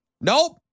Nope